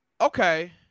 Okay